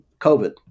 COVID